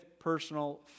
personal